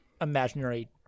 imaginary